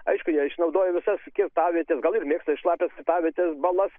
aišku jie išnaudoja visas kirtavietes gal ir mėgsta šlapias kirtavietes balas